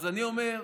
אז אני אומר,